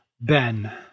Ben